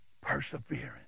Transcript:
perseverance